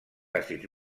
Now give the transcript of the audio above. àcids